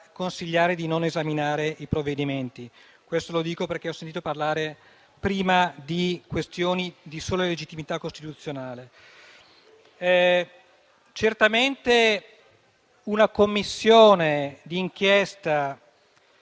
di non esaminare i provvedimenti. Questo lo dico perché ho sentito parlare prima di questioni di sola legittimità costituzionale. Certamente una Commissione di inchiesta